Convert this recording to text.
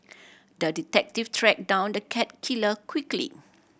the detective tracked down the cat killer quickly